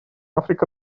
африка